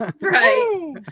Right